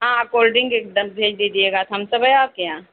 ہاں cold drink ایک دم بھیج دیجئے گا تھمسب ہے آپ کے یہاں